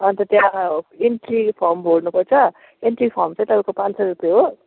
अन्त त्यहाँ entry form भर्नुपर्छ इन्ट्री फर्म चाहिँ तपाईँको पाँच सौ रुपियाँ हो